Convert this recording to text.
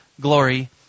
glory